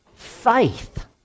Faith